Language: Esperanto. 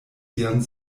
sian